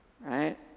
right